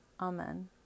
Amen